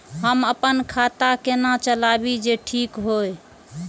हम अपन खाता केना चलाबी जे ठीक होय?